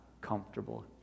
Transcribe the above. comfortable